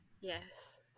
yes